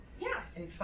Yes